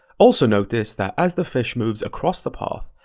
also notice that as the fish moves across the path,